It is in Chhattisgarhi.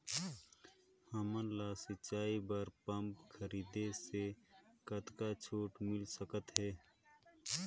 हमन ला सिंचाई बर पंप खरीदे से कतका छूट मिल सकत हे?